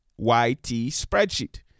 ytspreadsheet